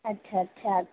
अच्छा अच्छा